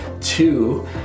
two